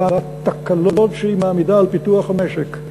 בתקלות שהיא מעמידה על פיתוח המשק,